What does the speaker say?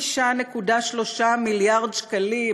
5.3 מיליארד שקלים,